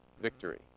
victory